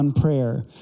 Prayer